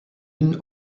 une